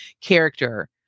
character